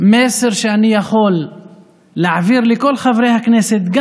המסר שאני יכול להעביר לכל חברי הכנסת,